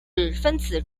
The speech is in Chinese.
分子